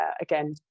again